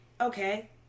okay